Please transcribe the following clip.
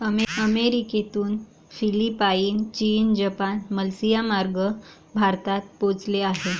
अमेरिकेतून फिलिपाईन, चीन, जपान, मलेशियामार्गे भारतात पोहोचले आहे